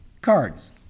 Cards